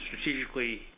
strategically